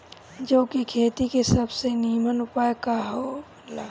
जौ के खेती के सबसे नीमन उपाय का हो ला?